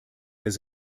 des